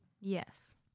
Yes